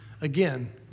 Again